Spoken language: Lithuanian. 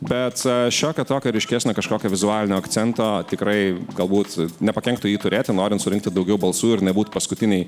bet šiokią tokią ryškesnę kažkokią vizualinio akcento tikrai galbūt nepakenktų jį turėti norint surinkti daugiau balsų ir nebūt paskutinėj